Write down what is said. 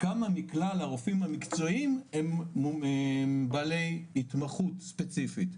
כמה מכלל הרופאים המקצועיים הם בעלי התמחות ספציפית.